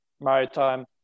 maritime